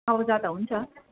अब जाँदा हुन्छ